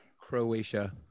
Croatia